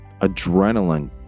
adrenaline